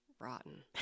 rotten